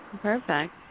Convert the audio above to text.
Perfect